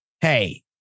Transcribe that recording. Hey